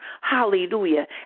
hallelujah